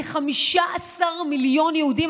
כ-15 מיליון יהודים.